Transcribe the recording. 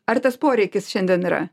ar tas poreikis šiandien yra